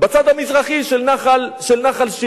בצד המזרחי של נחל-שילה.